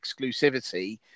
exclusivity